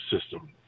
system